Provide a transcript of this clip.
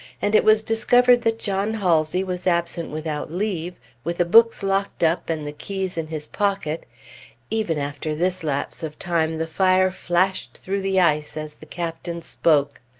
and it was discovered that john halsey was absent without leave, with the books locked up and the keys in his pocket even after this lapse of time, the fire flashed through the ice as the captain spoke.